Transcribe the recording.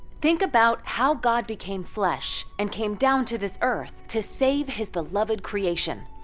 think about how god became flesh and came down to this earth to save his beloved creation,